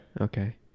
Okay